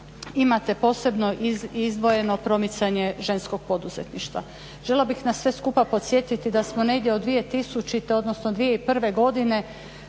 imate posebno izdvojeno promicanje ženskog poduzetništva. Željela bih nas sve skupa podsjetiti da smo negdje od 2000.odnosno od 2001.godine